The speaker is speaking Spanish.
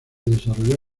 desarrolló